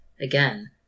again